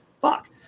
fuck